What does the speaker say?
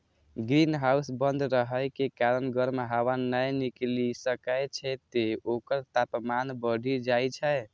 greenhouse बंद रहै के कारण गर्म हवा नै निकलि सकै छै, तें ओकर तापमान बढ़ि जाइ छै